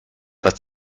but